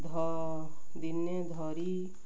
ଧ ଦିନେ ଧରି